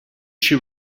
she